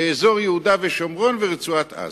באזור יהודה ושומרון ורצועת-עזה.